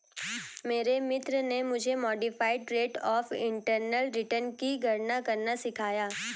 मेरे मित्र ने मुझे modified rate of internal return की गणना करना सिखाया